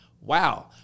Wow